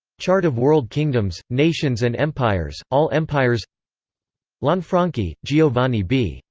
chart of world kingdoms, nations and empires all empires lanfranchi, giovanni b,